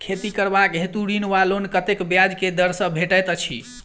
खेती करबाक हेतु ऋण वा लोन कतेक ब्याज केँ दर सँ भेटैत अछि?